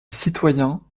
citoyens